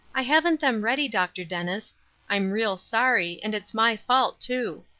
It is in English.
i haven't them ready, dr. dennis i'm real sorry, and it's my fault, too.